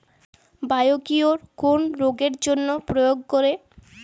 Biocure কোন রোগেরজন্য প্রয়োগ করে?